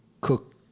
cook